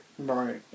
Right